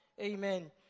Amen